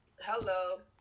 Hello